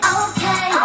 okay